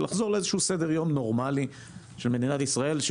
ולחזור לאיזשהו סדר-יום נורמלי של מדינת ישראל.